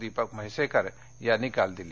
दीपक म्हैसेकर यांनी काल दिली